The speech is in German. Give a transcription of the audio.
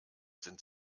sind